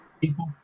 people